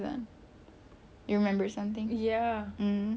the ramen the japanese ramen that's my number one